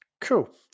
cool